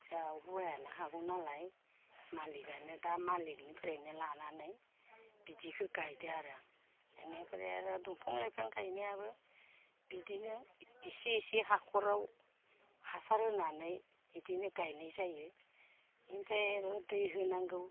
जाहा हौवायानो हागौ नालाय मालिगानो दा मालिगानिफ्रायनो लानानै बिदिखो गायदो आरो आं इनिफ्राय आरो दंफां लाइफां गायनायाबो बिदिनो एसे एसे हाखराव हासार होनानै इदिनो गायनाय जायो इनिफ्राय आरो दै होनांगौ